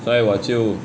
所以我就